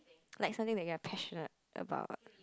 like something that you're passionate about